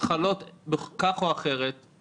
החובות חלות כך או אחרת.